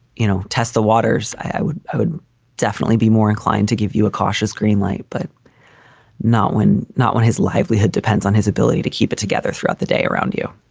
you know, test the waters. i would i would definitely be more inclined to give you a cautious green light, but not when, not when his livelihood depends on his ability to keep it together throughout the day around you